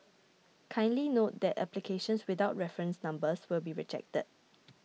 kindly note that applications without reference numbers will be rejected